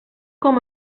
com